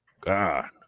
God